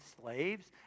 slaves